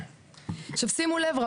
רבותיי, שימו לב.